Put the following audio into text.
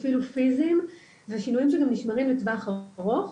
אפילו פיזיים והשינויים גם נשמרים לטווח ארוך.